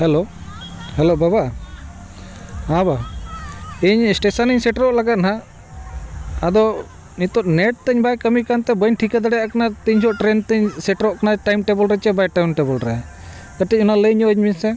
hello hello ᱵᱟᱵᱟ ᱦᱮᱸ ᱵᱟ ᱤᱧ ᱥᱴᱮᱥᱚᱱᱤᱧ ᱥᱮᱴᱮᱨᱚᱜ ᱞᱟᱹᱜᱤᱫ ᱱᱟᱦᱟᱜ ᱟᱫᱚ ᱱᱤᱛᱳᱜ ᱱᱮᱴᱛᱤᱧ ᱵᱟᱭ ᱠᱟᱹᱢᱤᱭᱮᱫ ᱠᱟᱱᱛᱮ ᱵᱟᱹᱧ ᱴᱷᱤᱠᱟᱹ ᱫᱟᱲᱮᱭᱟᱜ ᱠᱟᱱᱟ ᱛᱤᱱ ᱡᱚᱠᱷᱮᱡ ᱴᱨᱮᱱ ᱛᱤᱧ ᱥᱮᱴᱮᱨᱚᱜ ᱠᱟᱱᱟ ᱴᱟᱭᱤᱢ ᱴᱮᱵᱚᱞ ᱨᱮ ᱥᱮ ᱵᱟᱭ ᱴᱟᱭᱤᱢ ᱴᱮᱵᱚᱞ ᱨᱮ ᱠᱟᱹᱴᱤᱡ ᱚᱱᱟ ᱞᱟᱹᱭ ᱧᱚᱜᱼᱟᱹᱧ ᱢᱮᱥᱮ